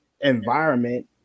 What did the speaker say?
environment